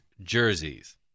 jerseys